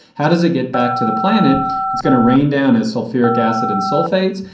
how does it get back to the planet? it is going to rain down as sulfuric acid and sulfates.